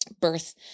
birth